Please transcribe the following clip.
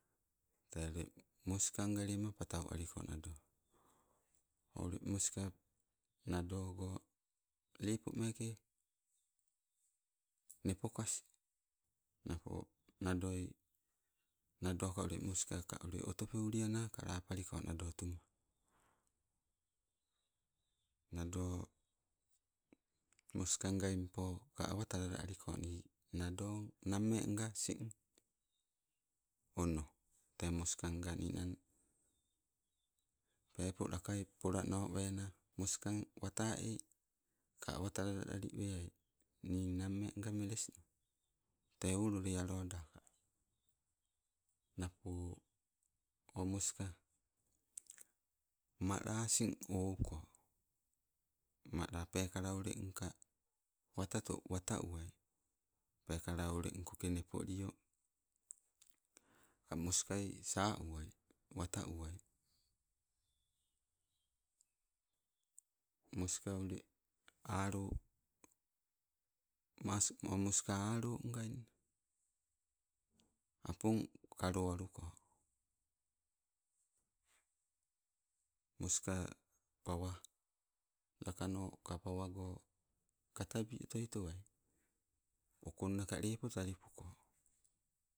Tee ule moskangalema patau aliko nado, o ule moska nadogo lepomeke mepokas, napo nadoi, nadoka ule moskaka ule otopeuliana kalapaliko nado tuma. Nado moskangaingpo ka awa talala aliko nado, nammenga asing ono. Tee moskannga ninang pepo pola wena moskang wataei ka awa talalalaliweai, nii mammenga melesnole, tee ololealoda. Napo o moska mala asing ouko mala peekala olengkoka watoto uwai, peekala olenkoke nepolio. Moskai sauwai, wata uwai. Moska ule alo mas, o moska alo ngainna, apon kalowaluko. Moska pawa lakano pawago katabi otoi towai, okonnaka lepo talipuko